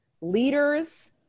leaders